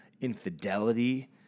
infidelity